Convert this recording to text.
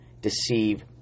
deceive